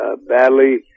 badly